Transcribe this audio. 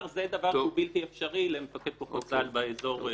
שזה דבר שהוא בלתי אפשרי למפקד כוחות צה"ל באזור.